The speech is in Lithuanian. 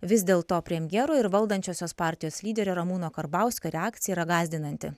vis dėl to premjero ir valdančiosios partijos lyderio ramūno karbauskio reakcija yra gąsdinanti